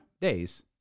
days